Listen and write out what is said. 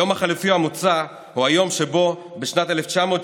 היום החלופי המוצע הוא היום שבו בשנת 1970